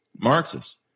Marxists